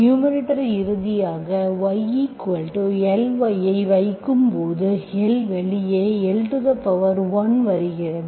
numerator இறுதியாக yly ஐ வைக்கும்போது L வெளியே l1 வருகிறது